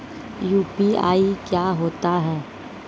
UPI क्या होता है?